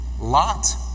Lot